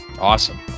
awesome